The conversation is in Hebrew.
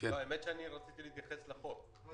אני רציתי להתייחס להצעת החוק.